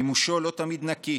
מימושו לא תמיד נקי